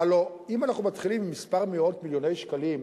הלוא אם אנחנו מתחילים עם מספר מאות מיליוני שקלים,